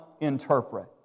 interpret